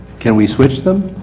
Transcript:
can we switch them?